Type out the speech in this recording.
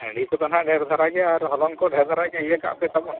ᱦᱟᱺᱰᱤ ᱠᱚᱫᱚ ᱱᱟᱦᱟᱜ ᱰᱷᱮᱹᱨ ᱫᱷᱟᱨᱟ ᱜᱮ ᱟᱨ ᱦᱚᱞᱚᱝ ᱠᱚ ᱰᱷᱮᱹᱨ ᱫᱷᱟᱨᱟ ᱜᱮ ᱤᱭᱟᱹ ᱠᱟᱜ ᱯᱮ ᱛᱟᱵᱚᱱ